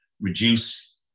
reduce